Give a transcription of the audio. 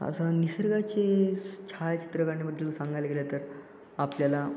असा निसर्गाचे स् छायाचित्रे काढण्याबद्दल सांगायला गेलं तर आपल्याला